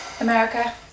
America